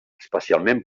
especialment